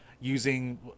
using